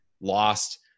lost –